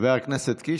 חבר הכנסת קיש,